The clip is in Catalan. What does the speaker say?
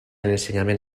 l’ensenyament